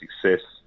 success